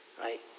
right